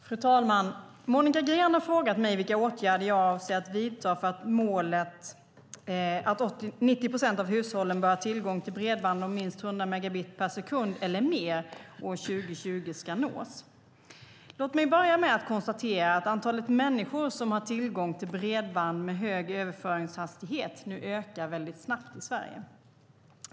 Fru talman! Monica Green har frågat mig vilka åtgärder jag avser att vidta för att målet att 90 procent av hushållen bör ha tillgång till bredband om minst 100 megabit per sekund eller mer år 2020 ska nås. Låt mig börja med att konstatera att antalet människor som har tillgång till bredband med hög överföringshastighet nu ökar väldigt snabbt i Sverige.